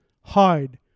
hide